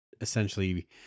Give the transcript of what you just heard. essentially